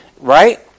right